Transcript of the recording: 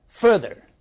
Further